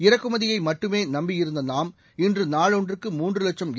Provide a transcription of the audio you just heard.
இறக்குமதியை மட்டுமே நம்பியிருந்த நாம் இன்று நாளொன்றுக்கு மூன்று லட்சம் என்